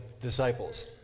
disciples